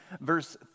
verse